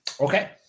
Okay